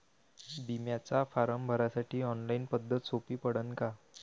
बिम्याचा फारम भरासाठी ऑनलाईन पद्धत सोपी पडन का?